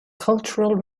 cultural